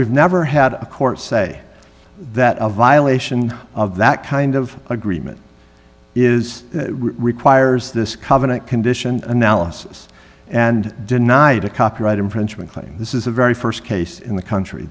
we've never had a court say that a violation of that kind of agreement is requires this covenant condition analysis and denied a copyright infringement claim this is the very st case in the country